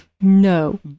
No